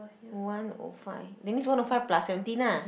one O five that means one O five plus seventeen ah